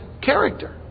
character